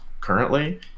currently